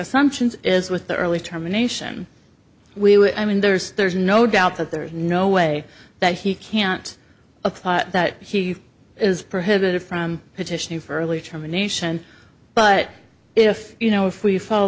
assumptions is with the early termination we would i mean there's there's no doubt that there is no way that he can't apply that he is prohibited from petitioning for early termination but if you know if we follow